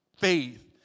faith